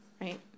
Right